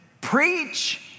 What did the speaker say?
Preach